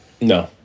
No